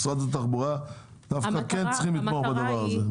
משרד התחבורה דווקא כן צריכים לתמוך בדבר הזה.